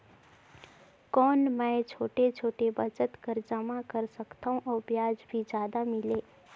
कौन मै छोटे छोटे बचत कर जमा कर सकथव अउ ब्याज भी जादा मिले?